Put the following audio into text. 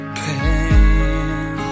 pain